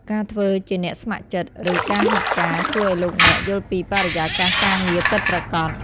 ការធ្វើជាអ្នកស្ម័គ្រចិត្ត ឬការហាត់ការ ជួយឱ្យលោកអ្នកយល់ពីបរិយាកាសការងារពិតប្រាកដ។